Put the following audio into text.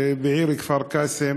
שכן בעיר כפר-קאסם